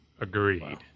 Agreed